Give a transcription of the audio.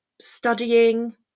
studying